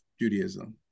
Judaism